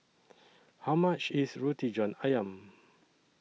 How much IS Roti John Ayam